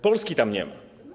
Polski tam nie ma.